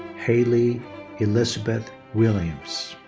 hayley elizabeth williams.